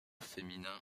féminin